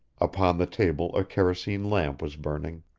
upon the table a kerosene lamp was burning.